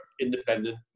independent